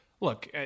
Look